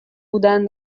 بودن